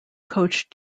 coach